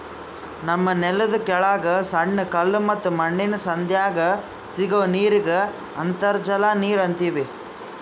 ನಮ್ಮ್ ನೆಲ್ದ ಕೆಳಗ್ ಸಣ್ಣ ಕಲ್ಲ ಮತ್ತ್ ಮಣ್ಣಿನ್ ಸಂಧ್ಯಾಗ್ ಸಿಗೋ ನೀರಿಗ್ ಅಂತರ್ಜಲ ನೀರ್ ಅಂತೀವಿ